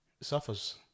suffers